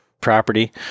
property